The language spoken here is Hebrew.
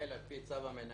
שמתנהל על פי צו המנהל,